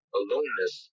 aloneness